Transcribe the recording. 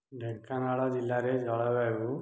ଢେଙ୍କାନାଳ ଜିଲ୍ଲାରେ ଜଳବାୟୁ